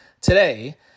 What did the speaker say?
today